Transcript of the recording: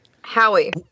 Howie